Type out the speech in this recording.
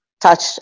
touch